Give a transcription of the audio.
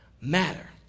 matter